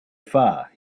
far